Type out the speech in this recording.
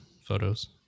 photos